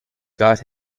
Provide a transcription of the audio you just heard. got